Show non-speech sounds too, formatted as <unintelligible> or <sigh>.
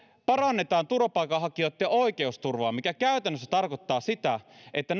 parannetaan turvapaikanhakijoitten oikeusturvaa mikä käytännössä tarkoittaa sitä että <unintelligible>